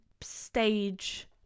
stage